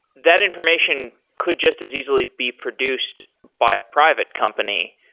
that information could just as easily be produced by a private company.